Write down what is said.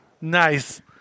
Nice